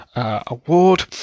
Award